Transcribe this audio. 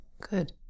Good